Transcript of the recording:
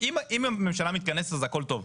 אם הממשלה מתכנסת, אז הכל טוב.